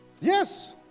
Yes